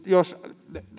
jos